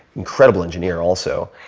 incredible engineer also.